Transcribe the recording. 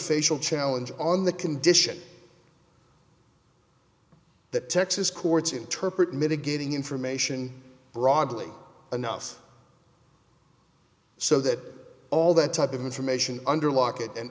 facial challenge on the condition that texas courts interpret mitigating information broadly enough so that all that type of information under lock and